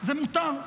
זה מותר,